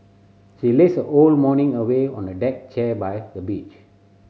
she lazed a own morning away on a deck chair by the beach